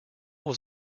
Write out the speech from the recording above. was